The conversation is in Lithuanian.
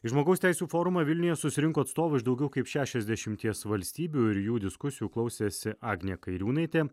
į žmogaus teisių forumą vilniuje susirinko atstovų iš daugiau kaip šešiasdešimties valstybių ir jų diskusijų klausėsi agnė kairiūnaitė